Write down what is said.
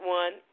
one